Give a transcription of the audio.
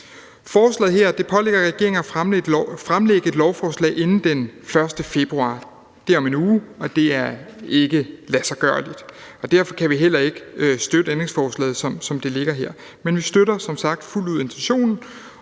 Forslaget her pålægger regeringen at fremsætte et lovforslag inden den 1. februar – det er om en uge, og det er ikke ladsiggørligt. Derfor kan vi heller ikke støtte beslutningsforslaget, som det ligger her. Men vi støtter som sagt fuldt ud intentionen